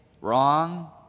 wrong